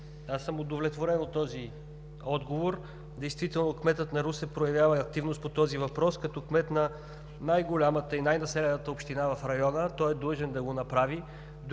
аз съм удовлетворен от този отговор. Действително кметът на Русе проявява активност по този въпрос. Като кмет на най-голямата и най-населената община в района, той е длъжен да го направи.